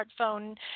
smartphone